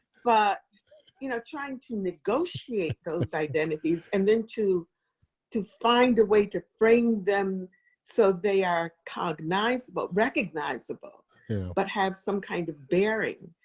but you know trying to negotiate those identities and then to to find a way to frame them so they are recognizable recognizable but have some kind of bearing.